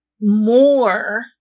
more